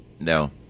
No